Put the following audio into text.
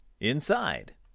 Inside